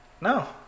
No